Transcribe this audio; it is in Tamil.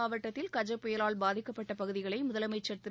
மாவட்டத்தில் கஜ புயலால் பாதிக்கப்பட்ட பகுதிகளை நாகை முதலமைச்சர் திரு